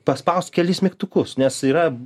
paspaust kelis mygtukus nes yra